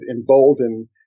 embolden